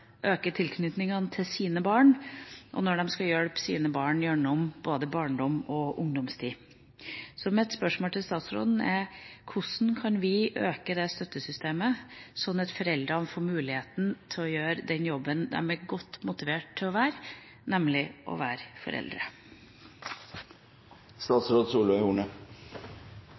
øke tilknytninga til sine barn, og når de skal hjelpe sine barn gjennom både barndom og ungdomstid. Så mitt spørsmål til statsråden er: Hvordan kan vi øke det støttesystemet, sånn at foreldrene får muligheten til å gjøre den jobben de er godt motivert til, nemlig å være foreldre? Jeg har aller først lyst til å